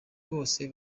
bose